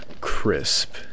crisp